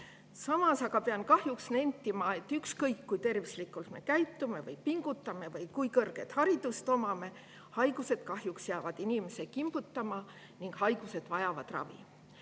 Samas aga pean kahjuks nentima, et ükskõik kui tervislikult me käitume või pingutame või kui kõrget haridust omame, haigused kahjuks jäävad inimesi kimbutama ning haigused vajavad ravi.